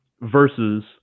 versus